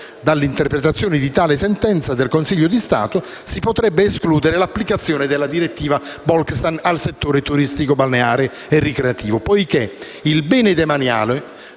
Dall'interpretazione di tale sentenza del Consiglio di Stato si potrebbe escludere l'applicazione della direttiva Bolkestein al settore turistico-balneare e ricreativo poiché il bene demaniale